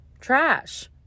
trash